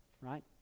right